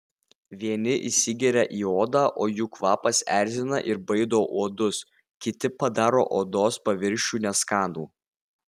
vieni įsigeria į odą o jų kvapas erzina ir baido uodus kiti padaro odos paviršių neskanų